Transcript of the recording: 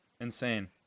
Insane